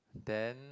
then